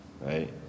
right